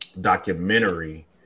documentary